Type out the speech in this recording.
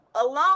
alone